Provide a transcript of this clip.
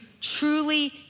truly